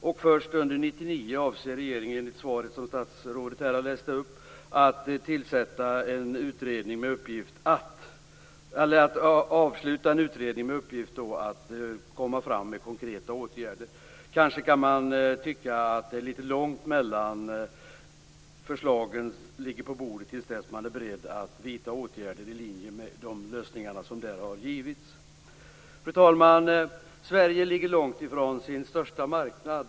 Enligt statsrådets svar avser regeringen först under 1999 att tillsätta en utredning med uppgift att lägga fram förslag till konkreta åtgärder. Jag tycker kanske att det är lite långt mellan det att förslagen ligger på bordet och till dess att man är beredd att vidta åtgärder i linje med de lösningar som där har givits. Fru talman! Sverige ligger långt ifrån sin största marknad.